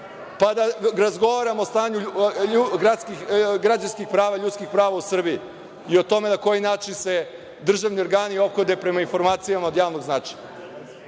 pa da razgovaramo o stanju građanskih prava, ljudskih prava u Srbiji i o tome na koji način se državni organi ophode prema informacijama od javnog značaja.